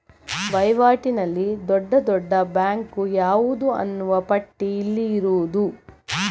ವೈವಾಟಿನಲ್ಲಿ ದೊಡ್ಡ ದೊಡ್ಡ ಬ್ಯಾಂಕು ಯಾವುದು ಅನ್ನುವ ಪಟ್ಟಿ ಇಲ್ಲಿರುವುದು